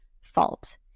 fault